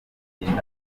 kurya